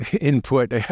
input